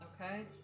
Okay